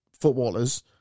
footballers